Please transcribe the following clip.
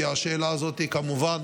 כי השאלה הזאת כמובן